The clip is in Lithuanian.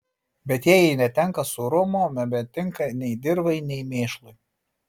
bet jei ji netenka sūrumo nebetinka nei dirvai nei mėšlui